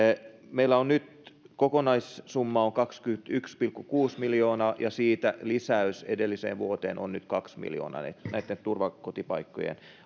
meillä kokonaissumma on nyt kaksikymmentäyksi pilkku kuusi miljoonaa euroa ja siitä lisäys edelliseen vuoteen on kaksi miljoonaa euroa näitten turvakotipaikkojen